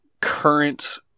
current